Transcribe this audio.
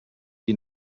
qui